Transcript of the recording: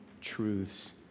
truths